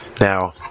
Now